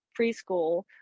preschool